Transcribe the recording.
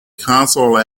console